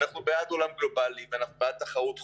אנחנו בעד עולם גלובלי ובעד תחרות חופשית.